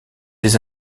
des